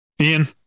Ian